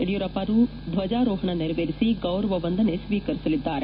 ಯಡಿಯೂರಪ್ಪ ಅವರು ಧ್ವಜಾರೋಹಣ ನೆರವೇರಿಸಿ ಗೌರವ ವಂದನೆ ಶ್ವೀಕರಿಸಲಿದ್ದಾರೆ